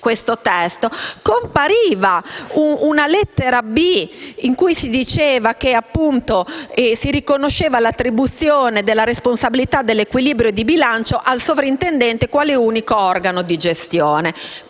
di sé stesso, compariva una lettera *b)* in cui si riconosceva l'attribuzione della responsabilità dell'equilibrio di bilancio al sovrintendente quale unico organo di gestione.